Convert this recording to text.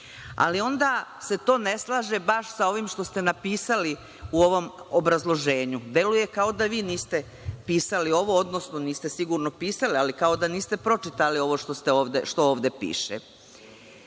ali onda se to ne slaže baš sa ovim što ste napisali u ovom obrazloženju. Deluje kao da vi niste pisali ovo, odnosno niste sigurno pisali, ali kao da niste pročitali ovo što ovde